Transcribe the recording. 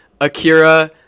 Akira